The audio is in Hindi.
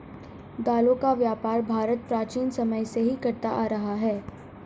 दालों का व्यापार भारत प्राचीन समय से ही करता आ रहा है